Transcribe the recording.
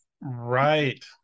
Right